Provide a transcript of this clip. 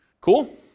Cool